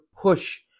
push